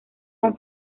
con